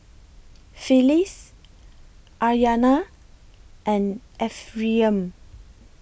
Phyllis Aryana and Ephriam